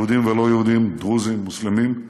יהודים ולא יהודים, דרוזים, מוסלמים,